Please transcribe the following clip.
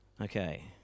Okay